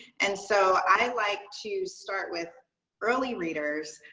and so i like to start with early readers